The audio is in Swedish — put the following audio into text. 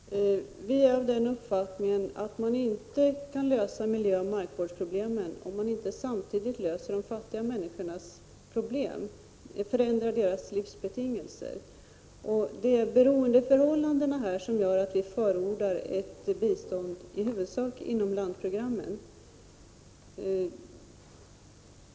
Herr talman! Vi är av den uppfattningen att man inte kan lösa miljöoch markvårdsproblemen, om man inte samtidigt löser de fattiga människornas problem och förändrar deras livsbetingelser. Det är beroendeförhållandena som gör att vi förordar ett bistånd i huvudsak inom ramen för landprogrammen.